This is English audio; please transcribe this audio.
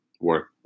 work